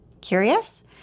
Curious